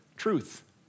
truth